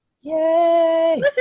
Yay